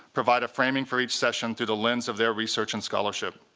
provide a framing for each session through the lens of their research and scholarship.